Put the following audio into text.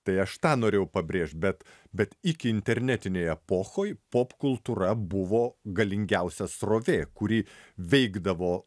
tai aš tą norėjau pabrėžt bet bet iki internetinėj epochoj popkultūra buvo galingiausia srovė kuri veikdavo